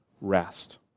rest